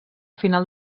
final